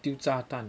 丢炸弹